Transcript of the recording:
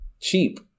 cheap